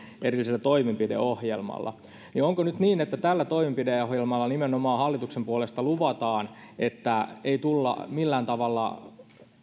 erillisellä toimenpideohjelmalla onko nyt niin että tällä toimenpideohjelmalla nimenomaan hallituksen puolesta luvataan että ei tulla millään tavalla